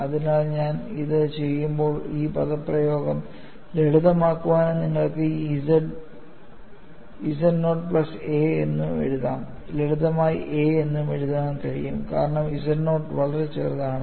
അതിനാൽ ഞാൻ ഇത് ചെയ്യുമ്പോൾ ഈ പദപ്രയോഗം ലളിതമാക്കാനും നിങ്ങൾക്ക് ഈ Z z nought plus a എന്ന് എഴുതാം ലളിതമായി a എന്നും എഴുതാനും കഴിയും കാരണം z നോട്ട് വളരെ ചെറുതാണ്